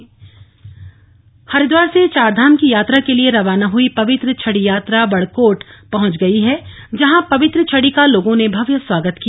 छड़ी यात्रा हरिद्वार से चारधाम की यात्रा के लिए रवाना हुई पवित्र छड़ी यात्रा बड़कोट पहुंच गयी है जहां पवित्र छड़ी का लोगों ने भव्य स्वागत किया